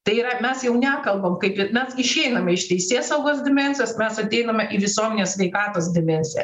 tai yra mes jau nekalbam kaip ir mes išeiname iš teisėsaugos dimensijos mes ateiname į visuomenės sveikatos dimensiją